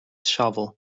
shovel